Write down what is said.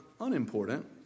unimportant